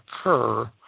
occur